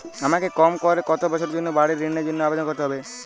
আমাকে কম করে কতো বছরের জন্য বাড়ীর ঋণের জন্য আবেদন করতে হবে?